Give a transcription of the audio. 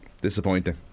Disappointing